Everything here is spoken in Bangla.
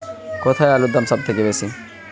কোথায় আলুর দাম সবথেকে বেশি?